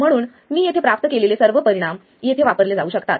म्हणून मी येथे प्राप्त केलेले सर्व परिणाम येथे वापरले जाऊ शकतात